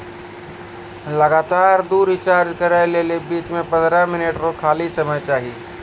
लगातार दु रिचार्ज करै लेली बीच मे पंद्रह मिनट रो खाली समय चाहियो